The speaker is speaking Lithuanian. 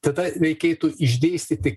tada reikėtų išdėstyti